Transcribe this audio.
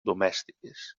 domèstiques